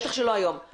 בטח שלא היום.